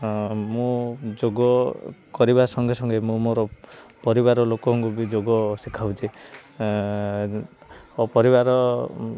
ମୁଁ ଯୋଗ କରିବା ସଙ୍ଗେ ସଙ୍ଗେ ମୁଁ ମୋର ପରିବାର ଲୋକଙ୍କୁ ବି ଯୋଗ ଶିଖାଉଛି ପରିବାର